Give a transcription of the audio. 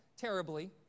terribly